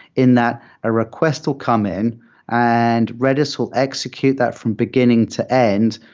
in that a request will come in and redis will execute that from beginning to end,